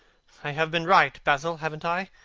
i have been right, basil, haven't i,